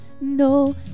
no